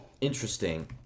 Interesting